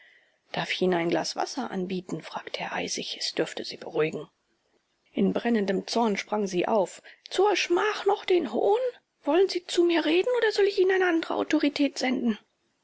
darf ich ihnen ein glas wasser anbieten fragte er eisig es dürfte sie beruhigen in brennendem zorn sprang sie auf zur schmach noch den hohn wollen sie zu mir reden oder soll ich ihnen eine andere autorität senden